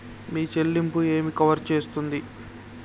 మీ చెల్లింపు ఏమి కవర్ చేస్తుంది?